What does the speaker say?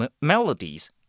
melodies